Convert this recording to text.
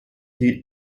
heat